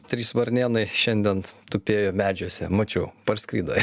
trys varnėnai šiandien tupėjo medžiuose mačiau parskrido